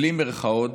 בלי מירכאות,